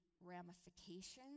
ramifications